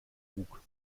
bug